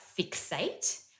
fixate